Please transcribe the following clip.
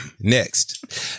Next